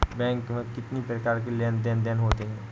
Bank में कितनी प्रकार के लेन देन देन होते हैं?